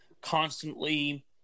constantly